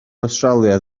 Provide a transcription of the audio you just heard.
awstralia